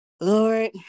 Lord